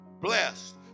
Blessed